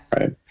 Right